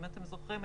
אם אתם זוכרים,